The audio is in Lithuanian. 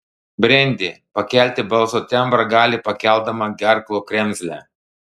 brendi pakelti balso tembrą gali pakeldama gerklų kremzlę